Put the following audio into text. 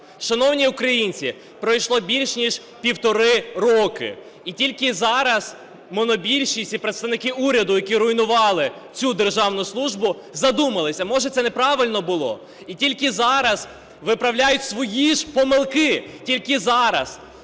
Шановні українці, пройшло більше ніж півтора року. І тільки зараз монобільшість і представники уряду, які руйнували цю державну службу, задумались: а, може, це неправильно було? І тільки зараз виправляють свої ж помилки, тільки зараз!